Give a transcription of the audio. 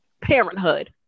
parenthood